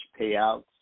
payouts